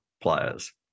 players